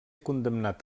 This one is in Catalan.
condemnat